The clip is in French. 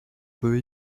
peut